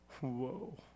Whoa